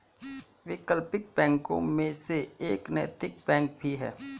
वैकल्पिक बैंकों में से एक नैतिक बैंक भी है